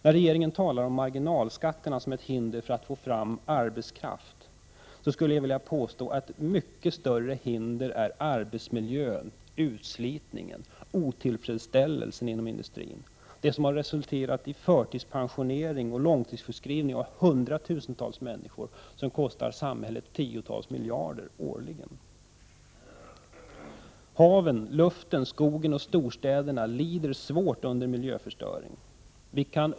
När regeringen talar om marginalskatterna som ett hinder för att få fram arbetskraft, skulle jag vilja påstå att ett mycket större hinder är arbetsmiljön, utslitningen och otillfredsställelsen inom industrin, som har resulterat i förtidspensionering och långtidssjukskrivning av hundratusentals människor, vilket kostar samhället tiotals miljarder årligen. Haven, luften, skogen och storstäderna lider svårt under miljöförstöring.